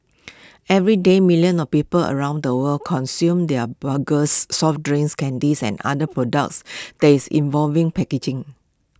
everyday millions of people around the world consume their burgers soft drinks candies and other products that involving packaging